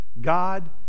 god